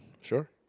Sure